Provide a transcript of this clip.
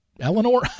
Eleanor